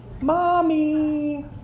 Mommy